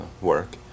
work